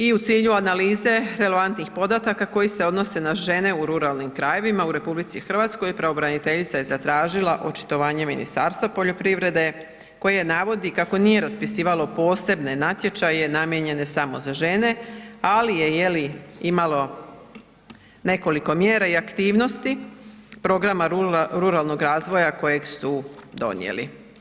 I u cilju analize relevantnih podataka koji se odnose na žene u ruralnim krajevima u RH pravobraniteljica je zatražila očitovanje Ministarstva poljoprivrede koje navodi kako nije raspisivalo posebne natječaje namijenjene samo za žene, ali je jeli imalo nekoliko mjera i aktivnosti programa ruralnog razvoja kojeg su donijeli.